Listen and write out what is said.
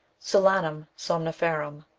solanum somniferum,